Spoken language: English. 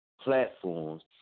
platforms